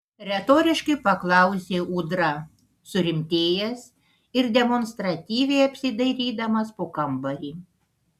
retoriškai paklausė ūdra surimtėjęs ir demonstratyviai apsidairydamas po kambarį